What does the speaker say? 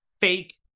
fake